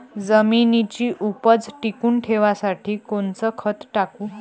जमिनीची उपज टिकून ठेवासाठी कोनचं खत टाकू?